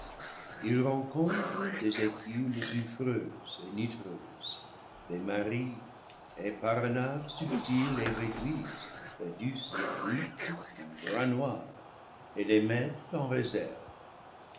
ils rencontrent des écumes sulfureuses et nitreuses les marient et par un art subtil les rédui sent adustes et cuites en grains noirs et les mettent en réserve